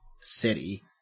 city